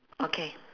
okay